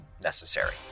necessary